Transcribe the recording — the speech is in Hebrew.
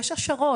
יש השערות,